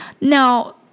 Now